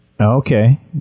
Okay